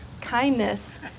kindness